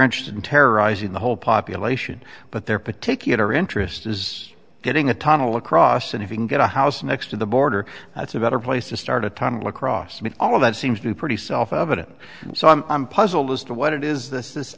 interested in terrorizing the whole population but their particular interest is getting a tunnel across and if you can get a house next to the border that's a better place to start a tunnel across all of that seems to be pretty self evident so i'm puzzled as to what it is this